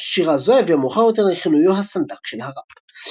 שירה זו הביאה מאוחר יותר לכינויו "הסנדק של הראפ".